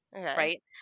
right